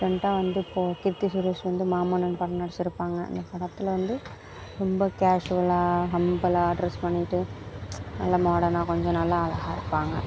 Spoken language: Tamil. ரீசன்ட்டாக வந்து இப்போது கீர்த்தி சுரேஷ் வந்து மாமன்னன் படம் நடிச்சுருப்பாங்க அந்த படத்தில் வந்து ரொம்ப கேஷுவலாக ஹம்பலாக ட்ரெஸ் பண்ணிட்டு நல்லா மாடனாக கொஞ்சம் நல்லா அழகாக இருப்பாங்க